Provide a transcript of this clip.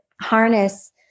harness